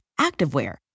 activewear